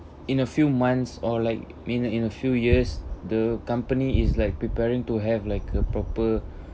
in a few months or like in in a few years the company is like preparing to have like a proper